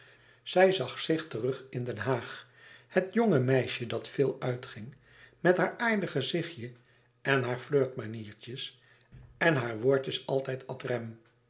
zij zag zich terug in den haag het jonge meisje dat veel uitging met haar aardig gezichtje en haar flirtmaniertjes en hare woordjes altijd